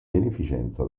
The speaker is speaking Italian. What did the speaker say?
beneficenza